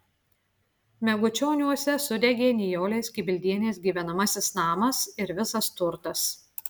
megučioniuose sudegė nijolės kibildienės gyvenamasis namas ir visas turtas